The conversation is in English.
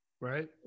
right